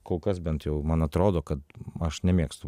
kol kas bent jau man atrodo kad aš nemėgstu